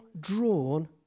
drawn